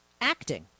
acting